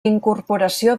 incorporació